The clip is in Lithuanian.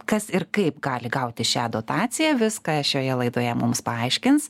kas ir kaip gali gauti šią dotaciją viską šioje laidoje mums paaiškins